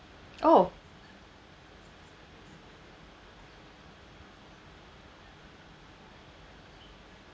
oh